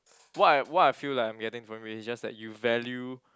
what I what I feel like I'm getting from it is just like you value